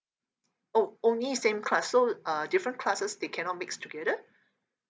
oh only same class so uh different classes they cannot mix together